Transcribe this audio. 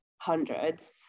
hundreds